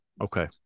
Okay